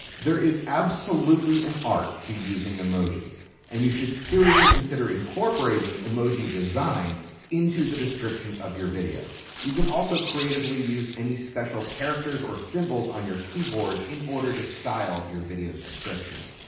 there is absolutely an art to using emoji and you should seriously consider incorporating emoji design into the description of your videos. you can also creatively use any special characters or symbols on your keyboard in order to style your video's description.